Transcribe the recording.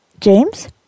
James